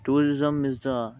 tourism is ದಾ